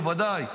בוודאי במדינה,